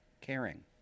caring